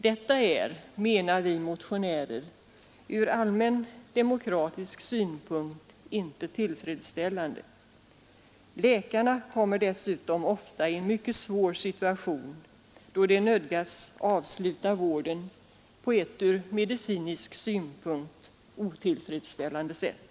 Detta är, menar vi motionärer, ur allmän demokratisk synpunkt inte tillfredsställande. Läkarna kommer dessutom ofta i mycket svåra situationer då de nödgas avsluta vården på ett ur medicinsk synpunkt otillfredsställande sätt.